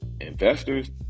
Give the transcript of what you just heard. investors